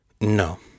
No